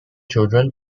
children